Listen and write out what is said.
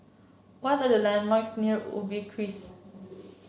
what are the landmarks near Ubi